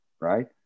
right